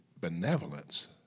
benevolence